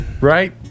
Right